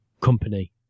company